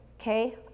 okay